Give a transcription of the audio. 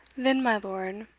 then, my lord,